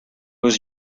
was